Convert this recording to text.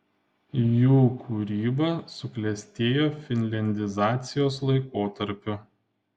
jų kūryba suklestėjo finliandizacijos laikotarpiu